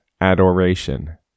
adoration